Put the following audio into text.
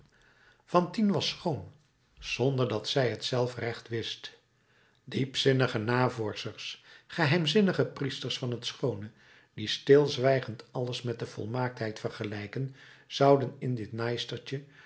fantine was schoon zonder dat zij t zelf recht wist diepzinnige navorschers geheimzinnige priesters van het schoone die stilzwijgend alles met de volmaaktheid vergelijken zouden in dit naaistertje